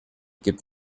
gibt